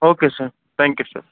okay sir thank you sir